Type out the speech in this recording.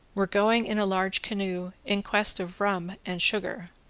were going in a large canoe in quest of rum and sugar,